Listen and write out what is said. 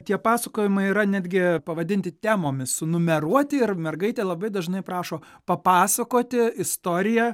tie pasakojimai yra netgi pavadinti temomis sunumeruoti ir mergaitė labai dažnai prašo papasakoti istoriją